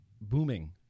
booming